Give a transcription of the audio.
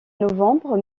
novembre